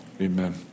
Amen